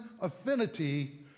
affinity